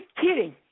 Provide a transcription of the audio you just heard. kidding